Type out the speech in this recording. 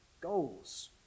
goals